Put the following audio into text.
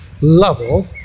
level